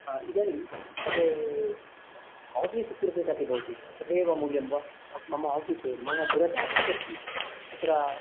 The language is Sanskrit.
इदानीं तद् आफीस् कृते कति भवति तदेव मूल्यं वा मम आफीस् मम बृहत् आफीस् अस्ति तत्र